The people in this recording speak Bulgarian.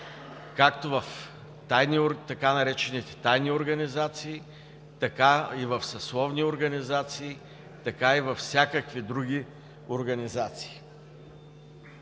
както в така наречените „тайни организации“, така и в съсловни организации, така и във всякакви други организации.